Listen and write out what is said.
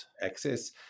access